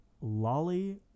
Lolly